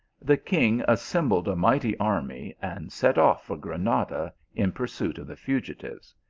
the king assembled a mighty army, and set off for granada in pursuit of the fugitives.